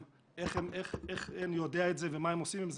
איך אני יודע את זה ומה הם עושים עם זה.